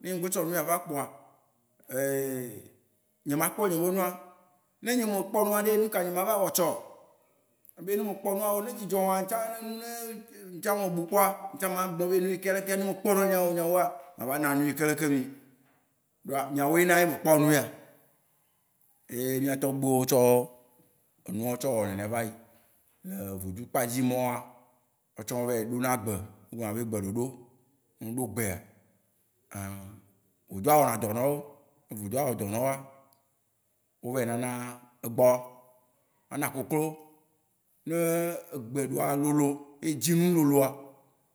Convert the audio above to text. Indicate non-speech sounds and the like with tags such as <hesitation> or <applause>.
Ne nye me gbe tsɔ nuya va kpoa, <hesitation> nye ma akpɔ nye me nua. Ne nye me kpɔ nua ɖe, nuka nye ma va wɔ tsɔ? Ma abe ne me kpɔ nua, ne dzi dzɔ ma, ne ntsã me bu kpɔa, ntsã ma gblɔ be nuyikea ɖekea, ne me kpɔ nua, ma va ana nuyikea ɖeke mì. Ɖoa míawoe na ye me kpɔ nuya. Eye mía tɔgbuiwó tsɔ enua wó tsɔ wɔ nene vayi. Le vodu kpadzi mawoa, wóa tsã wó vayi ɖo na gbe, wó gblɔ na be gbe ɖoɖo. Ne wó ɖo gbea, <hesitation> vodua wɔ na dɔ nawó. Ne vodua wɔ dɔ na wóa, wó vayi na na egbɔ, wó ana koklo. Ne egbeɖoa lolo, ye edzi enu loloa.